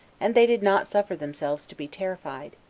and they did not suffer themselves to be terrified,